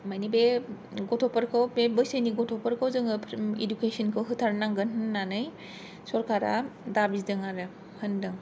मानि बे गथ'फोरखौ बे बैसोनि गथफोरखौ जोङो फ्रि इदुकेसन होथारनांगोन होननानै सरकारा दाबिदों आरो होनदों